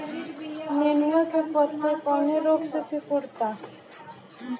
नेनुआ के पत्ते कौने रोग से सिकुड़ता?